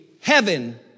heaven